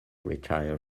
retire